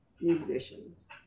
musicians